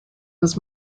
was